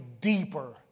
deeper